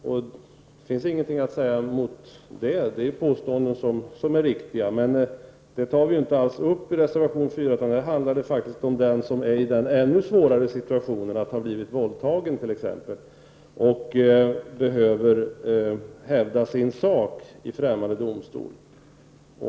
Det finns ingenting att säga mot påståendet att det är en svår situation, men det är inte alls detta vi tar upp i reservation 4, utan där handlar det faktiskt om den som är i en ännu svårare situation, att t.ex. ha blivit våldtagen, och som behöver hävda sin sak i ffämmande lands domstol.